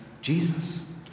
Jesus